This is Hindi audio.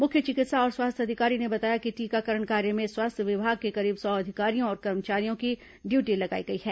मुख्य चिकित्सा और स्वास्थ्य अधिकारी ने बताया कि टीकाकरण कार्य में स्वास्थ्य विभाग के करीब सौ अधिकारियों और कर्मचारियों की ड्यूटी लगाई गई है